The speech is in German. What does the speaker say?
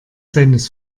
seines